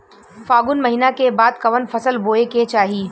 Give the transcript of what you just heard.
फागुन महीना के बाद कवन फसल बोए के चाही?